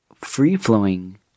free-flowing